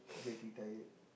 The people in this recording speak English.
getting tired